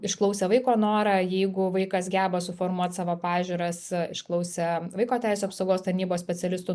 išklausę vaiko norą jeigu vaikas geba suformuot savo pažiūras išklausę vaiko teisių apsaugos tarnybos specialistų